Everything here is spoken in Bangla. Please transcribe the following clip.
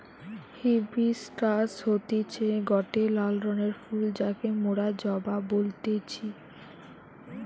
হিবিশকাস হতিছে গটে লাল রঙের ফুল যাকে মোরা জবা বলতেছি